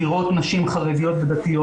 מדירות נשים חרדיות ודתיות.